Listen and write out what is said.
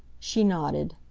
she nodded.